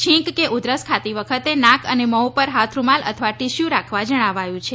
છીંક કે ઉધરસ ખાતી વખતે નાક અને મો ઉપર હાથ રૂમાલ અથવા ટીસ્યૂ રાખવા જણાવાયું છે